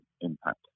impact